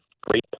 great